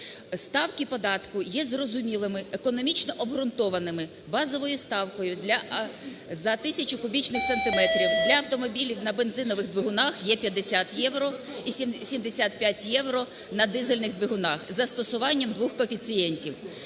Ставки податку є зрозумілими, економічно обґрунтованими. Базовою ставкою за тисячу кубічних сантиметрів для автомобілів на бензинових двигунах є 50 євро і 75 євро – на дизельних двигунах, із застосуванням двох коефіцієнтів,